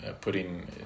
putting